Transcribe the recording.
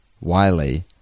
Wiley